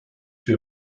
wir